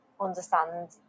understand